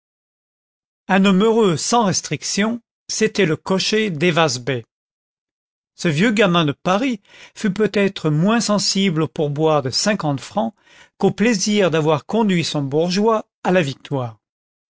un homme heureux sans restriction c'était le cocher dayvaz bey ce vieux gamin de paris fut i peut-être moins sensible au pourboire de cinquante francs qu'au plaisir d'avoir conduit son bourgeois à la victoire